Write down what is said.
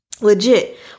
legit